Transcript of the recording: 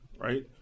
right